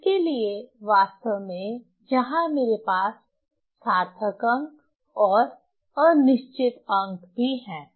इसके लिए वास्तव में यहां मेरे पास सार्थक अंक और अनिश्चित अंक भी हैं